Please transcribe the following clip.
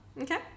Okay